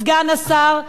סגן השר,